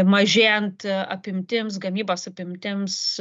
mažėjant apimtims gamybos apimtims